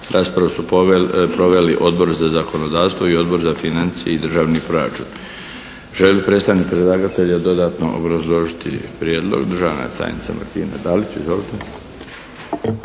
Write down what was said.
Raspravu su proveli Odbor za zakonodavstvo i Odbor za financije i državni proračun. Želi li predstavnik predlagatelja dodatno obrazložiti prijedlog? Državna tajnica Martina Dalić.